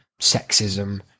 sexism